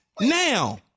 Now